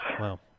Wow